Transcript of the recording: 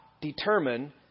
determine